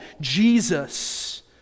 jesus